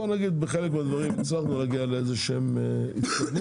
בוא נגיד בחלק מהדברים הצלחנו להגיע לאיזושהי התקדמות,